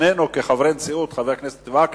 שנינו כחברי נשיאות, חבר הכנסת וקנין,